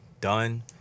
done